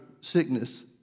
sickness